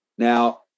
Now